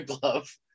glove